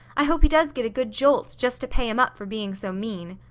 i hope he does get a good jolt, just to pay him up for being so mean.